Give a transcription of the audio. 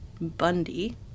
Bundy